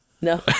No